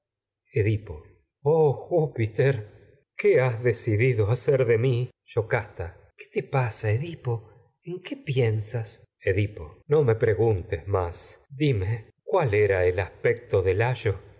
oh júpiter qué has decidido hacer de mi yocasta edipo qué te me pasa edipo en qué piensas más dime cuál era no preguntes el aspecto de layo